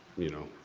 you know,